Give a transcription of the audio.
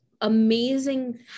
amazing